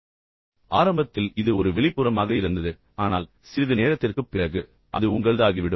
எனவே ஆரம்பத்தில் இது ஒரு வெளிப்புறமாக இருந்தது ஆனால் சிறிது நேரத்திற்குப் பிறகு அது உங்களாகிவிடும்